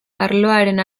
arloaren